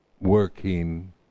working